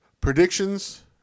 predictions